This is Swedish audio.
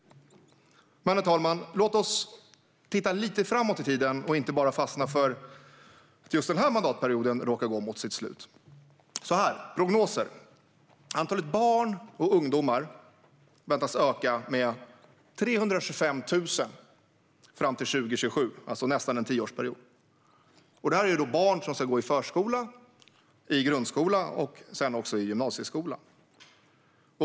Men, herr talman, låt oss titta lite framåt i tiden och inte bara fastna för att just denna mandatperiod råkar gå mot sitt slut. Antalet barn och ungdomar förväntas öka med 325 000 fram till 2027. Det handlar alltså om nästan en tioårsperiod. Detta är barn som ska gå i förskola, i grundskola och i gymnasieskola.